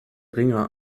ringer